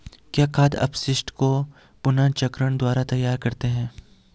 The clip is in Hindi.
क्या खाद अपशिष्टों को पुनर्चक्रण द्वारा तैयार करते हैं?